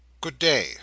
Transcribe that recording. Good-day